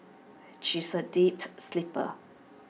she is A sleeper